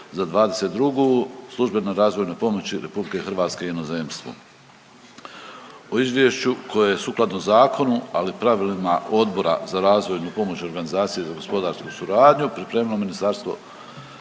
za '22. službene razvojne pomoći RH inozemstvu. O izvješću koje je sukladno zakonu ali pravilima Odbora za razvojnu pomoć organizacije za gospodarsku suradnju pripremilo Ministarstvo